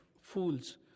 Fools